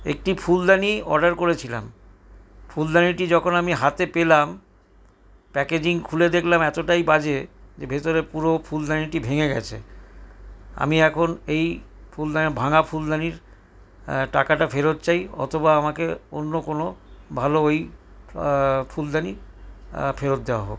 একটি ফুলদানি অর্ডার করেছিলাম ফুলদানিটি যখন আমি হাতে পেলাম প্যাকেজিং খুলে দেখলাম এতোটাই বাজে যে ভেতরে পুরো ফুলদানিটি ভেঙ্গে গেছে আমি এখন এই ফুলদানি ভাঙা ফুলদানির টাকাটা ফেরত চাই অথবা আমাকে অন্য কোনো ভালো ওই ফুলদানি ফেরত দেওয়া হোক